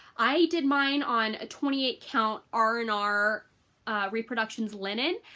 i did mine on a twenty eight count r and r reproductions linen,